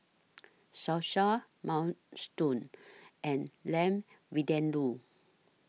Salsa Minestrone and Lamb Vindaloo